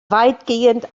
weitgehend